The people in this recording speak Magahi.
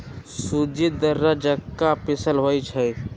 सूज़्ज़ी दर्रा जका पिसल होइ छइ